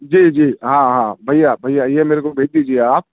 جی جی ہاں ہاں بھیا بھیا یہ میرے کو بھیج دیجیے آپ